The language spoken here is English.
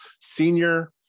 Senior